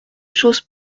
choses